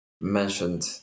mentioned